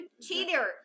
cheater